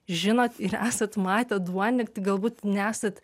žinot ir esat matę duonį galbūt nesat